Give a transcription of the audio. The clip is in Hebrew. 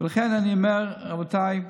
לכן אני אומר, רבותיי,